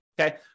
okay